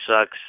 sucks